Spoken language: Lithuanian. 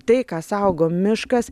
tai ką saugo miškas